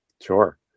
sure